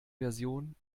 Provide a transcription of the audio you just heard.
version